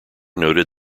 noted